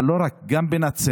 אבל גם בנצרת.